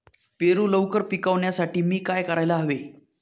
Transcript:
पेरू लवकर पिकवण्यासाठी मी काय करायला हवे?